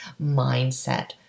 mindset